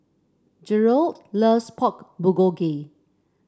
Jerold loves Pork Bulgogi